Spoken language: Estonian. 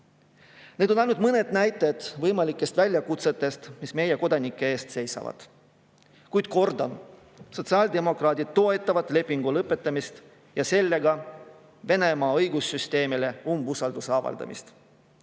Need on ainult mõned näited võimalikest väljakutsetest, mis meie kodanike ees seisavad. Kuid kordan: sotsiaaldemokraadid toetavad lepingu lõpetamist ja sellega umbusalduse avaldamist